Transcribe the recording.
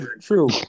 true